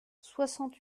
soixante